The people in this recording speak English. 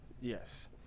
yes